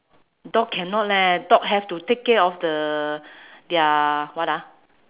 dog cannot leh dog have to take care of the their what ah